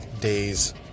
days